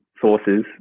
sources